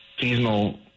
seasonal